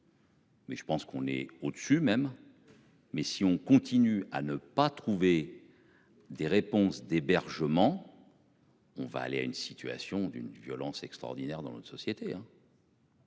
Mais je pense qu'on est au dessus même. Mais si on continue à ne pas trouver. Des réponses d'hébergement. On va aller à une situation d'une violence extraordinaire dans notre société